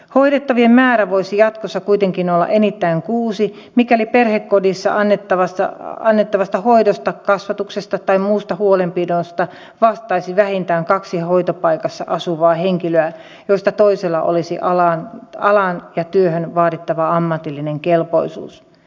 hoidettavien määrä voisi jatkossa kuitenkin olla enintään kuusi mikäli perhekodissa annettavasta hoidosta kasvatuksesta tai muusta huolenpidosta vastaisi vähintään kaksi hoitopaikassa asuvaa henkilöä joista toisella olisi alaan ja työhön vaadittava ammatillinen kelpoisuus